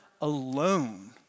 alone